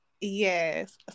yes